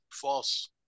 False